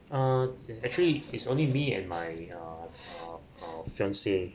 ah it's actually is only me and my uh fiancee